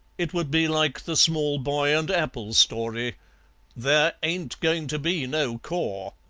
it would be like the small-boy-and-apple story there ain't going to be no core.